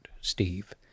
Steve